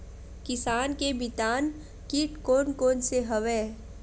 किसान के मितान कीट कोन कोन से हवय?